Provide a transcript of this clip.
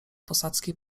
posadzki